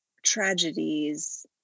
tragedies